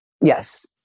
Yes